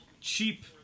cheap